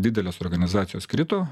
didelės organizacijos krito